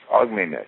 ugliness